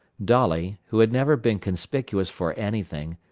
dolly, who had never been conspicuous for anything,